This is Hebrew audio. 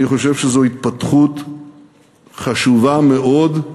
אני חושב שזו התפתחות חשובה מאוד,